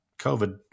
COVID